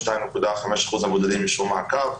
22.5% מהמבודדים אישרו מעקב.